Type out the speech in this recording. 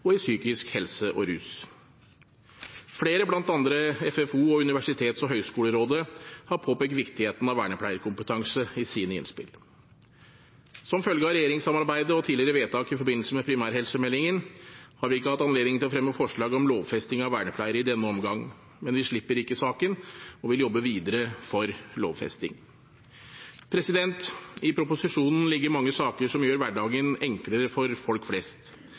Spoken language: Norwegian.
innen demensomsorg, psykisk helse og rus. Flere, bl.a. FFO og Universitets- og høgskolerådet, har påpekt viktigheten av vernepleierkompetanse i sine innspill. Som følge av regjeringssamarbeidet og tidligere vedtak i forbindelse med primærhelsemeldingen har vi ikke hatt anledning til å fremme forslag om lovfesting av vernepleiere i denne omgang, men vi slipper ikke saken, og vi vil jobbe videre for lovfesting. I proposisjonen ligger mange saker som gjør hverdagen enklere for folk flest.